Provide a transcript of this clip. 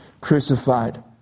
crucified